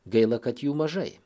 gaila kad jų mažai